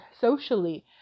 socially